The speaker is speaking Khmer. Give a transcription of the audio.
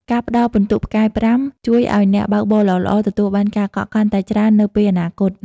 ការផ្តល់ពិន្ទុផ្កាយ ៥ ជួយឱ្យអ្នកបើកបរល្អៗទទួលបានការកក់កាន់តែច្រើននៅពេលអនាគត។